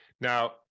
Now